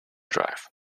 drive